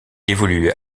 évolue